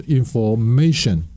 information